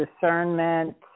discernment